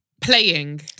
Playing